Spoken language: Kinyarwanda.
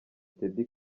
teddy